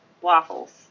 waffles